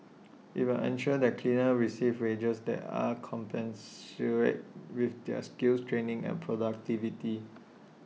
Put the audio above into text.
IT will ensure that cleaners receive wages that are commensurate with their skills training and productivity